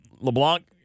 LeBlanc